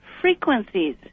frequencies